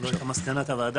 זה לא הייתה מסקנת הוועדה,